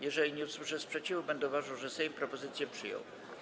Jeżeli nie usłyszę sprzeciwu, będę uważał, że Sejm propozycję przyjął.